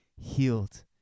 healed